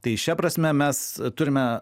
tai šia prasme mes turime